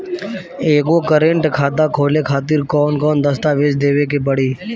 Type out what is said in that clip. एगो करेंट खाता खोले खातिर कौन कौन दस्तावेज़ देवे के पड़ी?